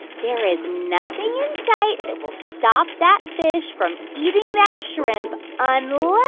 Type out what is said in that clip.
there is nothing in sight that will stop that fish from eating that shrimp unless.